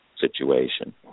situation